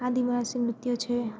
આદિવાસી નૃત્ય છે